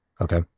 Okay